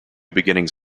beginnings